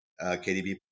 KDB